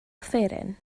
offeryn